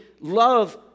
love